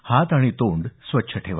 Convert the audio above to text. हात आणि तोंड स्वच्छ ठेवा